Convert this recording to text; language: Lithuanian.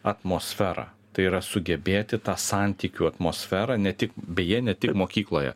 atmosferą tai yra sugebėti tą santykių atmosferą ne tik beje ne tik mokykloje